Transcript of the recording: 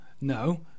no